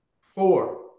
Four